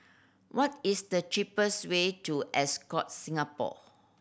what is the cheapest way to Ascott Singapore